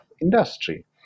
industry